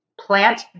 Plant